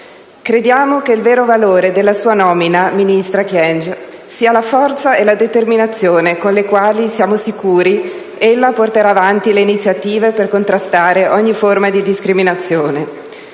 Crediamo che il vero valore della sua nomina, ministra Kyenge, sia la forza e la determinazione con le quali siamo sicuri ella porterà avanti le iniziative per contrastare ogni forma di discriminazione.